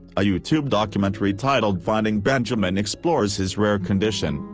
a youtube documentary titled finding benjaman explores his rare condition,